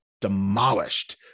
demolished